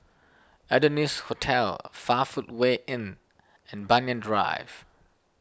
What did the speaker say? Adonis Hotel five Footway Inn and Banyan Drive